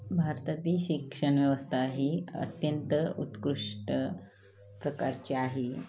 भारतातील शिक्षण व्यवस्था ही अत्यंत उत्कृष्ट प्रकारची आहे